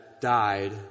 died